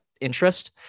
interest